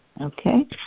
okay